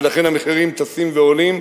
ולכן המחירים טסים ועולים.